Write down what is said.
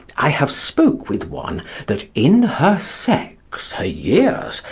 i have spoke with one that in her sex, her years,